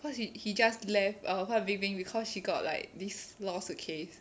cause he he just left err fan bing bing because she got like this law suit case